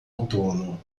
outono